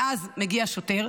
ואז מגיע שוטר,